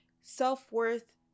self-worth